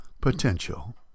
potential